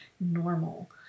normal